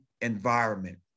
environment